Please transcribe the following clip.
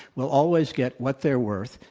will always get what they're worth,